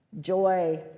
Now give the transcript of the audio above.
Joy